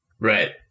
Right